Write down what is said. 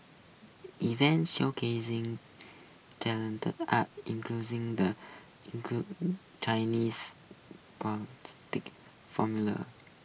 events showcasing arts enclosing the Chinese formula